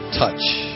touch